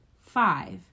five